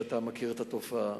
ואתה מכיר את התופעה.